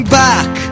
back